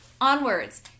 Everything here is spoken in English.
onwards